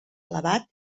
elevat